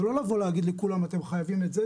זה לא לבוא להגיד לכולם: אתם חייבים את זה,